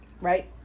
right